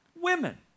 Women